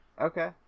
Okay